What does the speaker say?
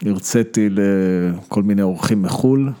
‫הרצאתי לכל מיני עורכים מחול.